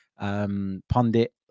pundit